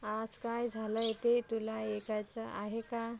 आज काय झालं आहे ते तुला ऐकायचं आहे का